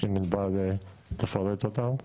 מאוד אם עינבל תפרט אותם.